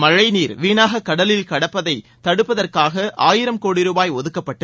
மளழ நீர் வீணாக கடலில் கலப்பதை தடுப்பதற்காக ஆயிரம் கோடி ரூபாய் ஒதுக்கப்பட்டு